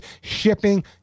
shipping